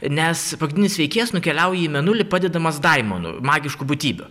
nes pagrindinis veikėjas nukeliauja į mėnulį padedamas daimonų magiškų būtybių